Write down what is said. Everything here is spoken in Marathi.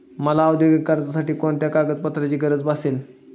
मला औद्योगिक कर्जासाठी कोणत्या कागदपत्रांची गरज भासेल?